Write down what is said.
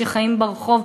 שחיים ברחוב,